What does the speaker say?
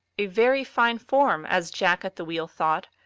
a very fine form, as jack at the wheel thought,